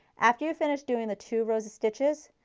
after you finish doing the two rows of stitches,